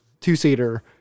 two-seater